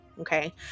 Okay